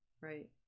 right